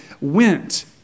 went